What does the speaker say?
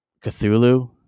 cthulhu